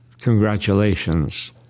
Congratulations